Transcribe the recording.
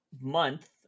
month